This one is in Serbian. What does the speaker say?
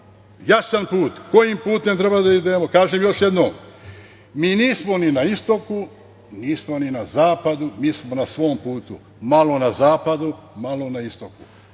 jasan put, kojim putem treba da idemo, još jednom kažem, mi nismo ni na istoku, nismo ni na zapadu, mi smo na svom putu - malo na zapadu, malo na istoku,